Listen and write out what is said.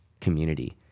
community